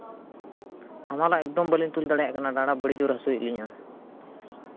ᱦᱟᱢᱟᱞᱟᱜ ᱮᱠᱫᱚᱢ ᱵᱟᱹᱞᱤᱧ ᱛᱩᱞ ᱫᱟᱲᱮᱭᱟᱜ ᱠᱟᱱᱟ ᱰᱟᱸᱰᱟ ᱵᱮᱰᱮ ᱡᱳᱨ ᱦᱟᱹᱥᱩᱭᱮᱫ ᱞᱤᱧᱟ